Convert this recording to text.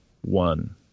one